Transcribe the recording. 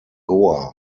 goa